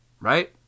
Right